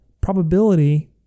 Probability